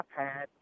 iPad